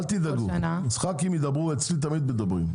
אל תדאגו, יצחקים ידברו אצלי תמיד מדברים.